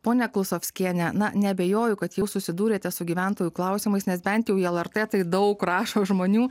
ponia klusovskienė na neabejoju kad jau susidūrėte su gyventojų klausimais nes bent jau į lrt tai daug rašo žmonių